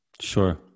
Sure